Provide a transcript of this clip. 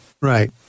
Right